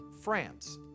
France